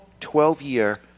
12-year